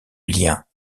liens